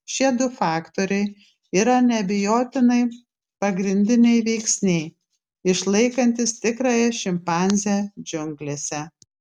šie du faktoriai yra neabejotinai pagrindiniai veiksniai išlaikantys tikrąją šimpanzę džiunglėse